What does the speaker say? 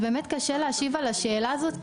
קשה להשיב על השאלה הזאת,